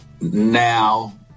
now